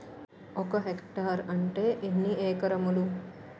ఒక హెక్టార్ అంటే ఎన్ని ఏకరములు?